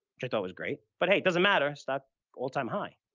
which i thought was great, but, hey, it doesn't matter, it's not all-time high.